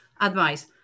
Advice